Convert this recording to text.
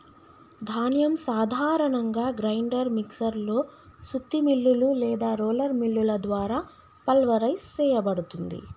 ధాన్యం సాధారణంగా grinder mixer లో సుత్తి మిల్లులు లేదా రోలర్ మిల్లుల ద్వారా పల్వరైజ్ సేయబడుతుంది